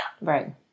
Right